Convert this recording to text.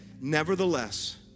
Nevertheless